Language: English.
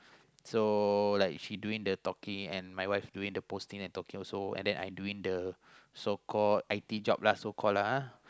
so like she doing the talking and my wife doing the posting and talking also and then I doing the so call I_T job lah so call lah